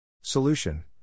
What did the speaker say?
Solution